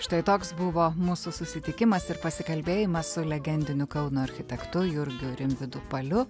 štai toks buvo mūsų susitikimas ir pasikalbėjimas su legendiniu kauno architektu jurgiu rimvydu paliu